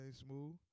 smooth